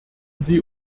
sie